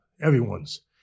everyone's